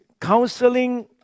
counseling